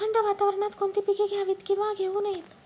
थंड वातावरणात कोणती पिके घ्यावीत? किंवा घेऊ नयेत?